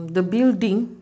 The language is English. the building